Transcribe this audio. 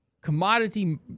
Commodity